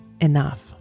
enough